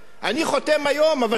אבל תראו מה קרה אתמול.